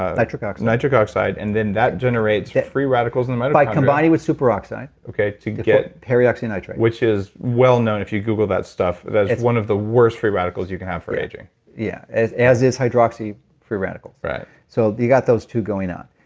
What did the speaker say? ah nitric oxide. nitric oxide, and then that generates free radicals in the mitochondria but by combining with super oxide okay, to get peroxynitrate which is well-known, if you google that stuff, that is one of the worst free radicals you can have for aging yeah, as as is hydroxy free radicals right so you got those two going on.